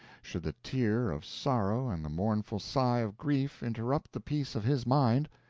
should the tear of sorrow and the mournful sigh of grief interrupt the peace of his mind,